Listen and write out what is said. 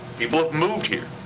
people have moved here,